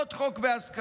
עוד חוק בהסכמה.